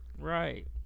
Right